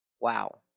Wow